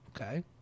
Okay